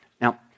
Now